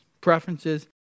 preferences